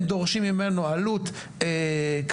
הם דורשים ממנו עלות כלכלית,